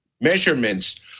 measurements